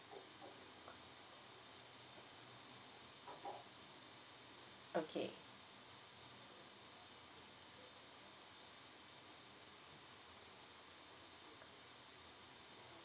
okay